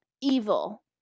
Evil